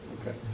Okay